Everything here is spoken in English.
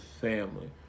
family